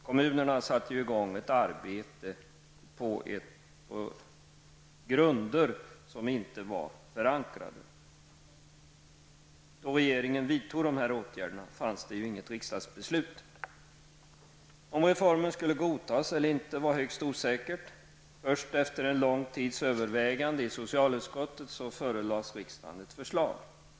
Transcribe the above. Kommunerna satte ju i gång ett arbete på grunder som inte var förankrade. Då regeringen vidtog dessa åtgärder fanns det inget riksdagsbeslut. Om reformen skulle godtas eller inte var högst osäkert. Först efter en lång tids överväganden i socialutskottet förelades riksdagen ett förslag.